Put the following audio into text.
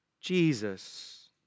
Jesus